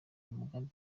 umugambi